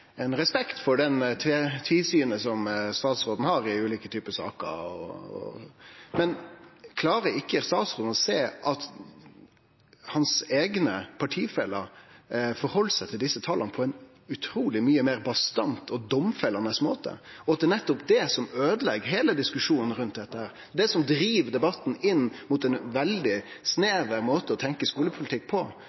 respekt for det tvisynet statsråden har i ulike type saker. Men klarer ikkje statsråden å sjå at hans eigne partifellar stiller seg til desse tala på ein utruleg meir bastant og domfellande måte, og at det er nettopp det som øydelegg heile diskusjonen kring dette og driv debatten inn mot ein veldig snever måte å tenkje skulepolitikk på?